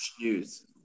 news